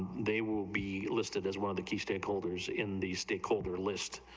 they will be listed as one of the key stakeholders in the stakeholder list,